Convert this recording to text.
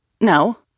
No